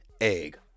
Egg